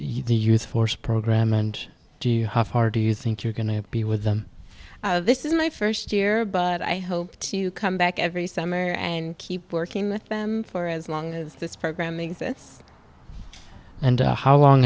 use force program and do you have hard do you think you're going to be with them this is my first year but i hope to come back every summer and keep working with them for as long as this program exists and how long